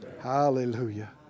Hallelujah